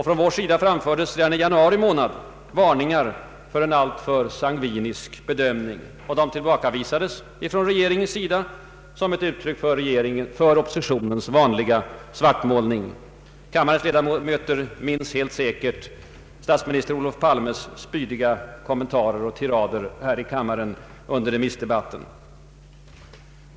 Från vår sida framfördes redan i januari månad varningar för en alltför sangvinisk bedömning. De tillbakavisades från regeringens sida som ett uttryck för oppositionens vanliga svartmålning. Kammarens ledamöter minns helt säkert statsminister Olof Palmes spydiga kommentarer och tirader här i kammaren under remissdebatten.